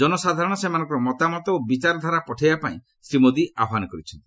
ଜନସାଧାରଣ ସେମାନଙ୍କର ମତାମତ ଓ ବିଚାରଧାରା ପଠାଇବାପାଇଁ ଶ୍ରୀ ମୋଦି ଆହ୍ୱାନ କରିଛନ୍ତି